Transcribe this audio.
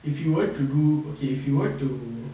if you were to do okay if you were to